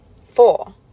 four